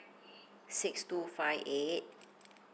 six two five eight